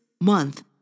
month